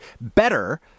better